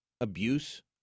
abuse